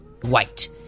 white